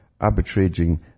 arbitraging